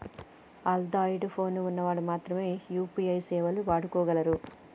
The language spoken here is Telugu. అన్ద్రాయిడ్ పోను ఉన్న వాళ్ళు మాత్రమె ఈ యూ.పీ.ఐ సేవలు వాడుకోగలరు